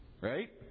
Right